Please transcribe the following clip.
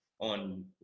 on